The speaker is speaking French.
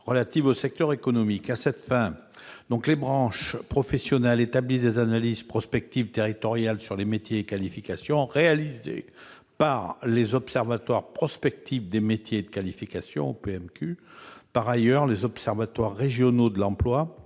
relatives aux secteurs économiques. À cette fin, les branches professionnelles établissent des analyses prospectives territoriales sur les métiers et les qualifications, réalisées par les observatoires prospectifs des métiers et des qualifications, les OPMQ. Par ailleurs, les OREF peuvent aussi